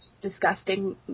disgusting